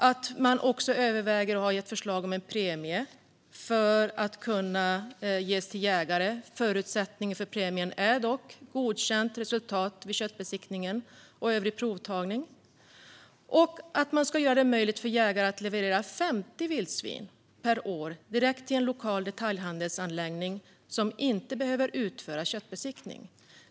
Livsmedelsverket föreslog också en premie till jägare. En förutsättning för premien är dock godkänt resultat vid köttbesiktning och övrig provtagning. Man ska också göra det möjligt för jägare att leverera 50 vildsvin per år direkt till en lokal detaljhandelsanläggning som inte behöver utföra köttbesiktning.